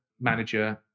manager